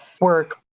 work